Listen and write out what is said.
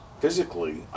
physically